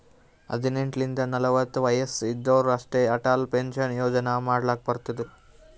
ಹದಿನೆಂಟ್ ಲಿಂತ ನಲ್ವತ ವಯಸ್ಸ್ ಇದ್ದೋರ್ ಅಷ್ಟೇ ಅಟಲ್ ಪೆನ್ಷನ್ ಯೋಜನಾ ಮಾಡ್ಲಕ್ ಬರ್ತುದ್